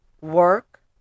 work